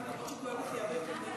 כואבת לי הבטן,